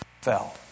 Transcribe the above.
fell